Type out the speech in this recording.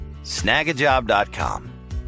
Snagajob.com